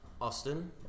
Austin